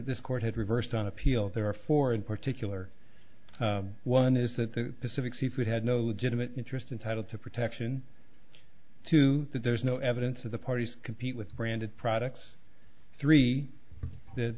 this court had reversed on appeal there are four in particular one is that the pacific seafood had no the gym an interesting title to protection two that there's no evidence of the parties compete with branded products three that